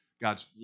God's